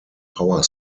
power